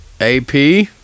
ap